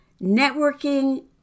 Networking